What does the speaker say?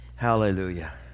Hallelujah